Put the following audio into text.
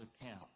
account